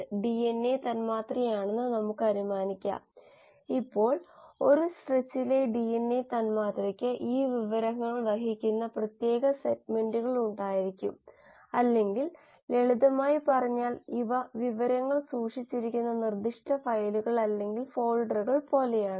ഒരു ബാച്ചിനും തുടർച്ചയായ പ്രവർത്തനത്തിനുമിടയിൽ ഉള്ള ഫെഡ് ബാച്ച് പ്രവർത്തനത്തെ കുറിച്ച് പറയുമ്പോൾ ഇടവിട്ടുള്ള ഇൻപുട്ട് അല്ലെങ്കിൽ ഇടവിട്ടുള്ള ഔട്ട്പുട്ട് അല്ലെങ്കിൽ രണ്ടും ആകാം